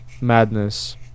madness